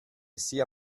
sia